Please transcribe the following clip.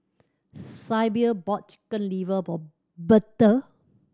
Sybil bought Chicken Liver for Betha